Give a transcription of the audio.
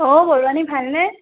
অঁ বৰুৱানী ভালনে